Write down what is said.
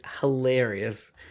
hilarious